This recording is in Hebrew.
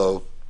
טוב.